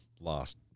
lost